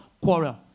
quarrel